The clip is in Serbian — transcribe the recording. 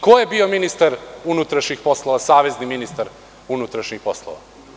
Ko je bio ministar unutrašnjih poslova, savezni ministar unutrašnjih poslova?